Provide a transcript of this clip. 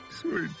Sweet